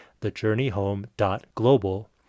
thejourneyhome.global